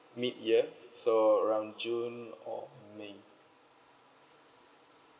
midyear so around june or may